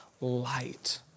light